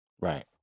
Right